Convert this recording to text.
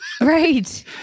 Right